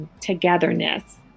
togetherness